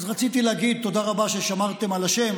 אז רציתי להגיד תודה רבה ששמרתם על השם,